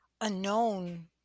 unknown